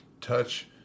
touch